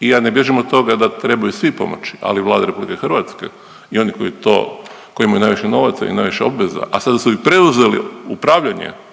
i ja ne bježim od toga da trebaju svi pomoći ali Vlada RH i oni koji to, koji imaju najviše novaca i najviše obveza, a sada su i preuzeli upravljanje,